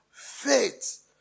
faith